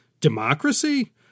democracy